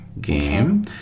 game